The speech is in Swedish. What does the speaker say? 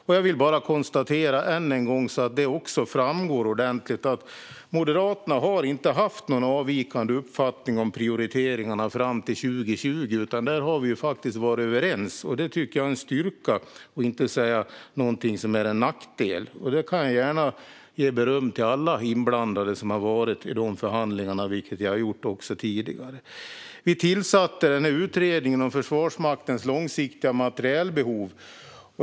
Låt mig än en gång konstatera, så att det framgår ordentligt, att Moderaterna inte har haft någon avvikande uppfattning om prioriteringarna fram till 2020. Där har vi faktiskt varit överens. Det tycker jag är en styrka och inget som är en nackdel. Jag kan gärna ge beröm till alla som varit inblandade i de förhandlingarna, vilket jag har gjort också tidigare. Vi tillsatte utredningen om Försvarsmaktens långsiktiga materielbehov.